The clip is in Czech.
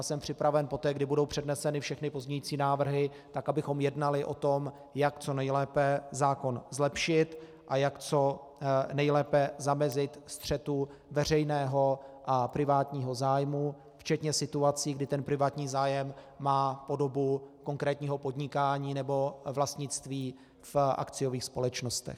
Jsem připraven poté, kdy budou předneseny všechny pozměňující návrhy, abychom jednali o tom, jak co nejlépe zákon zlepšit a jak co nejlépe zamezit střetu veřejného a privátního zájmu včetně situací, kdy privátní zájem má podobu konkrétního podnikání nebo vlastnictví v akciových společnostech.